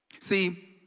See